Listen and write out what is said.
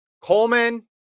Coleman